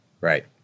Right